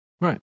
Right